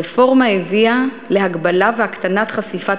הרפורמה הביאה להגבלה והקטנה של חשיפת